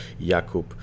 Jakub